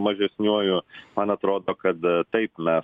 mažesniuoju man atrodo kad taip mes